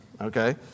okay